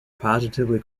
positively